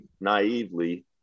naively